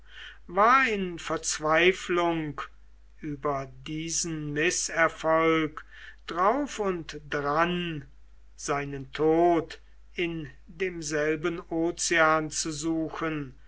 war in verzweiflung über diesen mißerfolg drauf und dran seinen tod in demselben ozean zu suchen